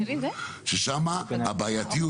ששם הבעייתיות,